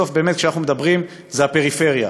בסוף, כשאנחנו מדברים, זה הפריפריה,